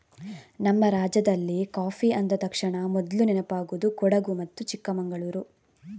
ನಮ್ಮ ರಾಜ್ಯದಲ್ಲಿ ಕಾಫಿ ಅಂದ ತಕ್ಷಣ ಮೊದ್ಲು ನೆನಪಾಗುದು ಕೊಡಗು ಮತ್ತೆ ಚಿಕ್ಕಮಂಗಳೂರು